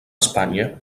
espanya